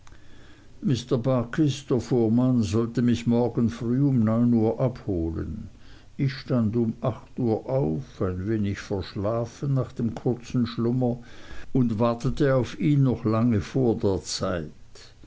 barkis der fuhrmann sollte mich morgen früh um neun uhr abholen ich stand um acht uhr auf ein wenig verschlafen nach dem kurzen schlummer und wartete auf ihn noch lange vor der zeit